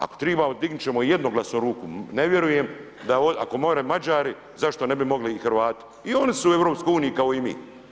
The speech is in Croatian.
Ako treba, dignuti ćemo jednoglasno ruku, ne vjerujem, ako more Mađari, zašto ne bi mogli i Hrvati i oni su u EU kao i mi.